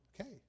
Okay